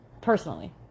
personally